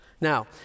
Now